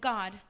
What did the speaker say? God